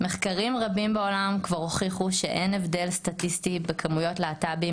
מחקרים רבים בעולם כבר הוכיחו שאין הבדל סטטיסטי בכמויות להט"בים